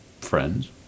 friends